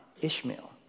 Ishmael